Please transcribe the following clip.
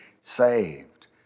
saved